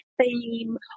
theme